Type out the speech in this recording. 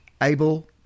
Abel